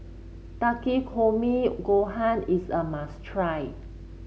Takikomi Gohan is a must try